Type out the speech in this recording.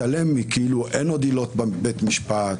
התעלם מכך שכאילו אין עוד עילות בבית משפט,